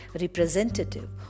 representative